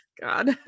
god